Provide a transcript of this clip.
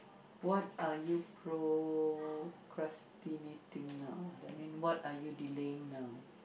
what are you procrastinating now that mean what are you delaying now